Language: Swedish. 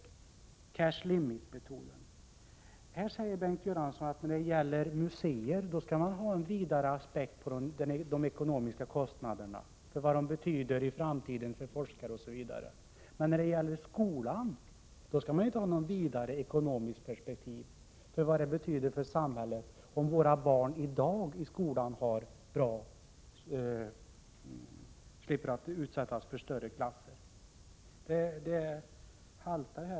Bengt Göransson säger angående cashlimit-metoden att när det gäller museer skall man anlägga en vidare ekonomisk aspekt på kostnaderna, med hänsynstagande till vad de betyder i framtiden för forskare osv. Men när det gäller skolan skall man inte ha något vidare ekonomiskt perspektiv på vad det betyder för samhället om våra skolbarn i dag slipper att utsättas för större klasser. Det resonemanget haltar.